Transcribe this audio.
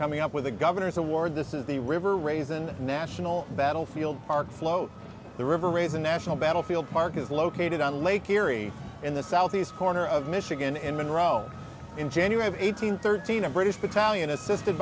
coming up with the governor's award this is the river raisin national battlefield park float the river raisin national battlefield park is located on lake erie in the southeast corner of michigan in monroe in january eighteenth thirteen a british battalion assisted